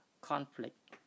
conflict